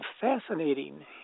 fascinating